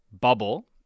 bubble